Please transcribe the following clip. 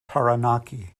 taranaki